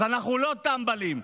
אז אנחנו לא טמבלים.